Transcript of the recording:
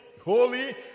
holy